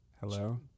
Hello